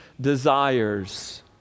desires